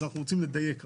אז אנחנו רוצים לדייק.